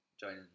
joining